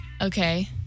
Okay